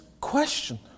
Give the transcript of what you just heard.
question